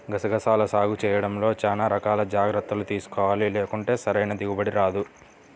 గసగసాల సాగు చేయడంలో చానా రకాల జాగర్తలు తీసుకోవాలి, లేకుంటే సరైన దిగుబడి రాదు